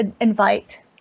invite